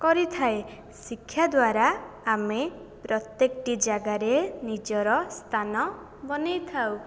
କରିଥାଏ ଶିକ୍ଷା ଦ୍ୱାରା ଆମେ ପ୍ରତ୍ୟେକଟି ଜାଗାରେ ନିଜର ସ୍ଥାନ ବନେଇଥାଉ